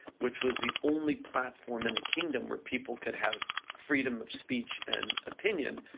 which was the only platform in the kingdom where people could have freedom of speech and opinion,